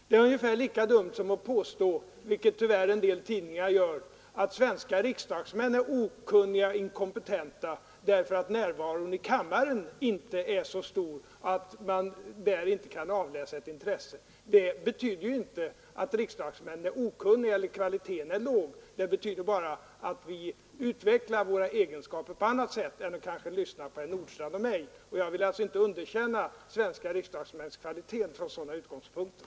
Det är ungefär lika dumt som att påstå — vilket tyvärr en del tidningar gör — att svenska riksdagsmän är okunniga och inkompetenta därför att närvaron i kammaren inte är så stor och man där inte kan utläsa ett intresse. Det betyder ju inte att riksdagsmännen är okunniga eller att kvaliteten är låg; det betyder bara att de utvecklar sina egenskaper på annat sätt än genom att kanske lyssna på herr Nordstrandh och mig. Jag vill alltså inte underkänna svenska riksdagsmäns kvalitet från sådana utgångspunkter.